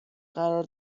قرار